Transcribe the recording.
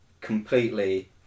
completely